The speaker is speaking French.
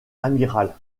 amiral